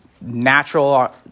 natural